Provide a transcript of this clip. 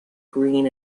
green